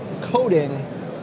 coding